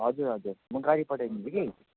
हजुर हजुर म गाडी पठाइदिन्छु कि